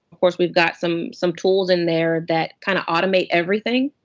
of course, we've got some some tools in there that kind of automate everything,